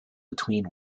between